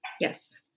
Yes